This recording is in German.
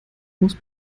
muss